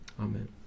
Amen